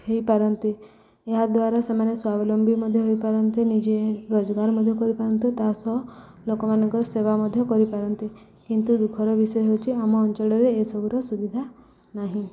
ହୋଇପାରନ୍ତେ ଏହାଦ୍ୱାରା ସେମାନେ ସ୍ଵାବଲମ୍ବୀ ମଧ୍ୟ ହୋଇପାରନ୍ତେ ନିଜେ ରୋଜଗାର ମଧ୍ୟ କରିପାରନ୍ତେ ତା ସହ ଲୋକମାନଙ୍କର ସେବା ମଧ୍ୟ କରିପାରନ୍ତେ କିନ୍ତୁ ଦୁଃଖର ବିଷୟ ହେଉଛି ଆମ ଅଞ୍ଚଳରେ ଏସବୁର ସୁବିଧା ନାହିଁ